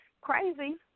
Crazy